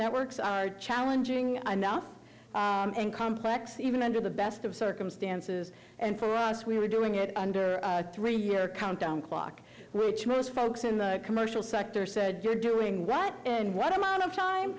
networks are challenging enough and complex even under the best of circumstances and for us we were doing it under three year countdown clock which most folks in the commercial sector said you're doing right and what amount of time